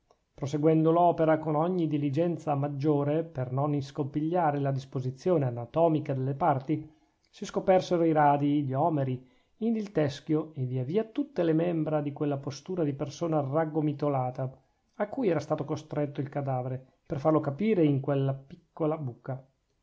proseguendo l'opera con ogni diligenza maggiore per non iscompigliare la disposizione anatomica delle parti si scopersero i radii e gli omeri indi il teschio e via via tutte le membra in quella postura di persona raggomitolata a cui era stato costretto il cadavere per farlo capire in quella piccola buca